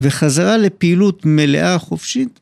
וחזרה לפעילות מלאה חופשית.